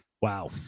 wow